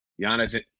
Giannis